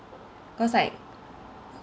cause like